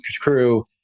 crew